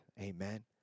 Amen